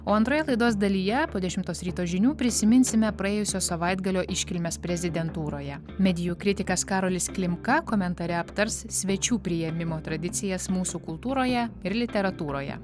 o antroje laidos dalyje po dešimtos ryto žinių prisiminsime praėjusio savaitgalio iškilmes prezidentūroje medijų kritikas karolis klimka komentare aptars svečių priėmimo tradicijas mūsų kultūroje ir literatūroje